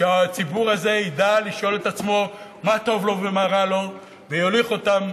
שהציבור הזה ידע לשאול את עצמו מה טוב לו ומה רע לו ויוליך אותם